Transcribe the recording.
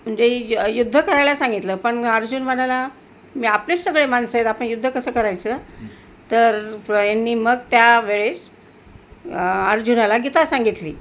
म्हणजे य युद्ध करायला सांगितलं पण अर्जुन म्हणाला आपलेच सगळे माणसं आहेत आपण युद्ध कसं करायचं तर यांनी मग त्या वेळेस अर्जुनाला गीता सांगितली